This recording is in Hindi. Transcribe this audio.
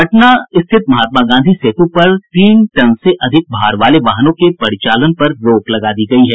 पटना स्थित महात्मा गांधी सेतु पर तीन टन से अधिक भार वाले वाहनों के परिचालन पर रोक लगा दी गयी है